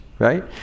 right